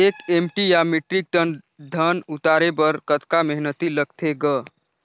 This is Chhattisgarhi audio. एक एम.टी या मीट्रिक टन धन उतारे बर कतका मेहनती लगथे ग?